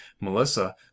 Melissa